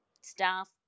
staff